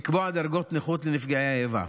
לקבוע דרגות נכות לנפגעי האיבה.